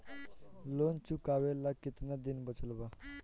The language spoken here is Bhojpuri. लोन चुकावे ला कितना दिन बचल बा?